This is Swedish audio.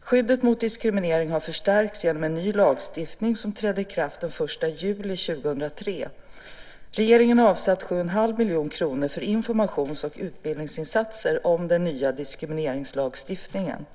Skyddet mot diskriminering har förstärkts genom en ny lagstiftning som trädde i kraft den 1 juli 2003. Regeringen har avsatt 7,5 miljoner kronor för informations och utbildningsinsatser om den nya diskrimineringslagstiftningen.